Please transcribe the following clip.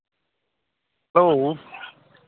hello